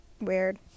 Weird